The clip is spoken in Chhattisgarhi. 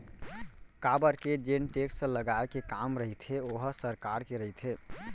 काबर के जेन टेक्स लगाए के काम रहिथे ओहा सरकार के रहिथे